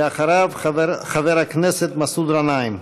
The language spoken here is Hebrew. אחריו, חבר הכנסת מסעוד גנאים.